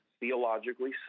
theologically